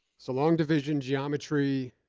so, long division, geometry.